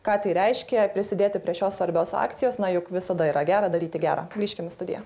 ką tai reiškia prisidėti prie šios svarbios akcijos na juk visada yra gera daryti gerą grįžkim studiją